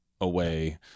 away